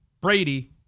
Brady